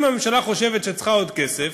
אם הממשלה חושבת שהיא צריכה עוד כסף,